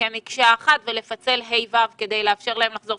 כמקשה אחת ולפצל ה'-ו' כדי לאפשר להם לחזור.